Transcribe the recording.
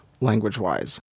language-wise